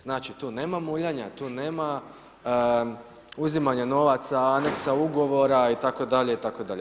Znači tu nema muljanja, tu nema uzimanja novaca, aneksa ugovora itd., itd.